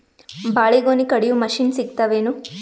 ಬಾಳಿಗೊನಿ ಕಡಿಯು ಮಷಿನ್ ಸಿಗತವೇನು?